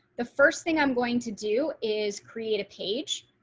the first thing i'm going to do is create a page.